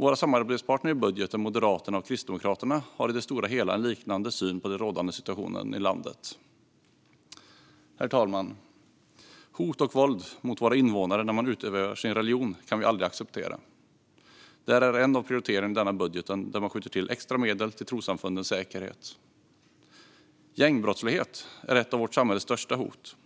Våra samarbetspartner i budgeten, Moderaterna och Kristdemokraterna, har i det stora hela en liknande syn på den rådande situationen i landet. Herr talman! Hot och våld mot våra invånare när de utövar sin religion kan vi aldrig acceptera. Det är en av prioriteringarna i budget, där det skjuts till extra medel till trossamfundens säkerhet. Gängbrottslighet är ett av vårt samhälles största hot.